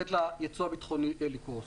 לתת לייצוא הביטחוני לקרוס.